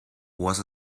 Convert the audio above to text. was